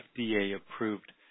FDA-approved